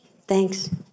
Thanks